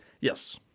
Yes